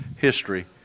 history